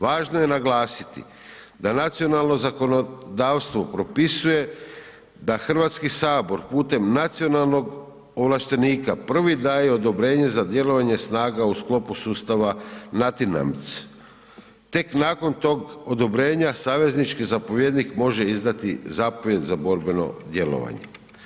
Važno je naglasiti da nacionalno zakonodavstvo propisuje da Hrvatski sabor putem nacionalnog ovlaštenika prvi daje odobrenje za djelovanje snaga u sklopu sustava NATINAMDS, tek nakon tog odobrenja saveznički zapovjednik može izdati zapovijed za borbeno djelovanje.